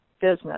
business